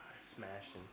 Smashing